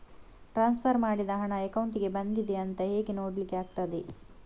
Transfer ಮಾಡಿದ ಹಣ ಅಕೌಂಟಿಗೆ ಬಂದಿದೆ ಅಂತ ಹೇಗೆ ನೋಡ್ಲಿಕ್ಕೆ ಆಗ್ತದೆ?